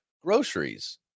groceries